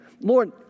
Lord